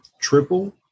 triple